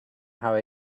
how